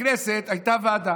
בכנסת הייתה ועדה,